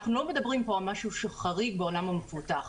אנחנו לא מדברים פה על משהו שחריג בעולם המפותח.